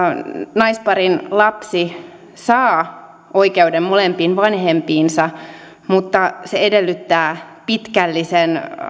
naisparin lapsi saa oikeuden molempiin vanhempiinsa mutta se edellyttää pitkällisen